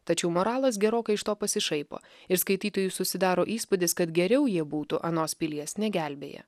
tačiau moralas gerokai iš to pasišaipo ir skaitytojui susidaro įspūdis kad geriau jie būtų anos pilies negelbėję